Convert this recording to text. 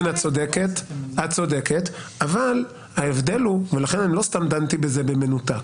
את צודקת אבל ההבדל הוא ולכן אני לא סתם דנתי בזה במנותק